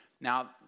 Now